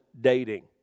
dating